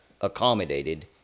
accommodated